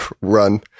run